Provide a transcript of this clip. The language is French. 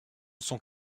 sont